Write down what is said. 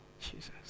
Jesus